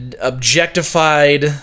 objectified